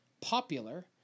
Popular